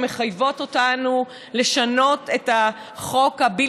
שמחייבות אותנו לשנות את החוק הזה,